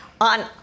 on